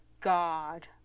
God